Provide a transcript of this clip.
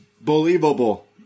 believable